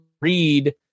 read